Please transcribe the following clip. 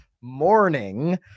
morning